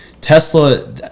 Tesla